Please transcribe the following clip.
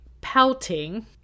pouting